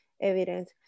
evidence